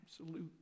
absolute